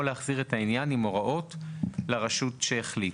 או להחזיר את העניין עם הוראות לרשות שהחליטה.